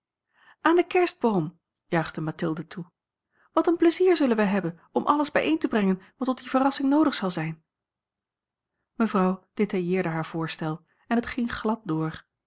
aan den kerstboom juichte mathilde toe wat een pleizier zullen wij hebben om alles bijeen te brengen wat tot die verrassing noodig zal zijn mevrouw détailleerde haar voorstel en het ging glad door